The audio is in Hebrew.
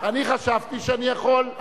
אני חשבתי שאני יכול.